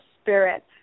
spirit